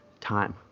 time